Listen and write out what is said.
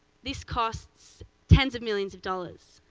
this costs tens of millions of dollars.